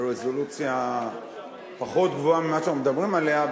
ברזולוציה פחות גבוהה ממה שאנחנו מדברים עליה,